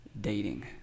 dating